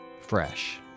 fresh